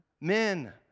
Men